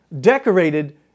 decorated